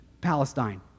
Palestine